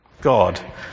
God